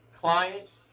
clients